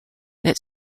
that